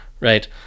right